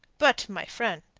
but, my friend,